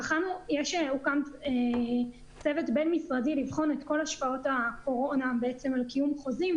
הוקם צוות בין-משרדי לבחון את כל השפעות הקורונה על קיום חוזים,